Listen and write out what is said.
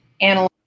analyze